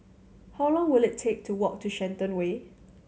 how long will it take to walk to Shenton Way